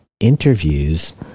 interviews